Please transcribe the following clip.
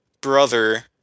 brother